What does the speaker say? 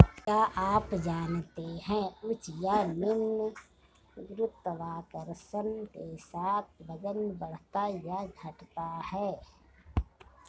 क्या आप जानते है उच्च या निम्न गुरुत्वाकर्षण के साथ वजन बढ़ता या घटता है?